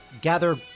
gather